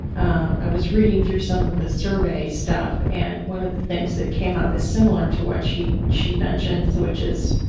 um i was reading through some of the survey stuff and one of the things that came up is similar to what she she mentions, which is